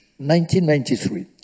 1993